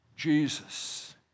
Jesus